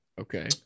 okay